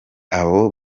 abo